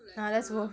ah let's go